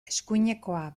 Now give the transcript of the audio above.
eskuinekoa